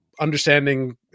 understanding